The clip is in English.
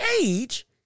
age